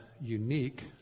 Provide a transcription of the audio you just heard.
unique